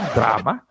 drama